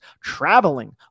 traveling